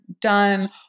done